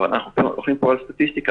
אנחנו הולכים פה על סטטיסטיקה,